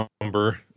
number